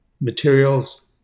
materials